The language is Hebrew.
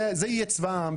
זה יהיה צבא העם.